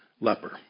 leper